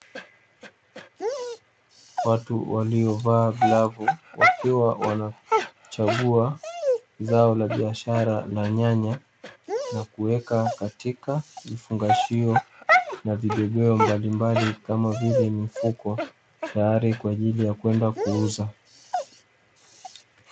watu waliovaa klabu wakiwa wanachagua zao la biashara na nyanya na kuweka katika ufungashio na vibebeo mbalimbali, kama vile mifuko tayari kwa ajili ya kwenda kuuza.